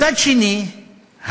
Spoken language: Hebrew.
מצד שני,